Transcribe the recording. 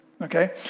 Okay